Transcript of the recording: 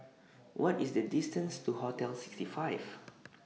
What IS The distance to Hotel sixty five